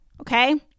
okay